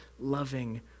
loving